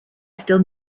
still